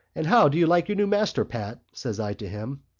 and how do you like your new master, pat says i to him.